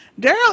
Daryl